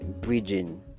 bridging